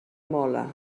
mola